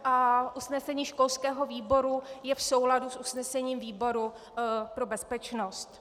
A usnesení školského výboru je v souladu s usnesením výboru pro bezpečnost.